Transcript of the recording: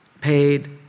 paid